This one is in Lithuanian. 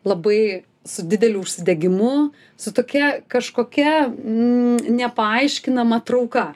labai su dideliu užsidegimu su tokia kažkokia n nepaaiškinama trauka